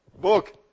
Book